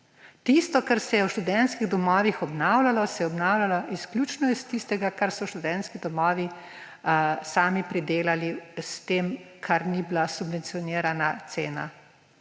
Tisto, kar se je v študentskih domovih obnavljalo, se je obnavljalo izključno iz tistega, kar so študentski domovi sami pridelali s tem, kar ni bila subvencionirana cena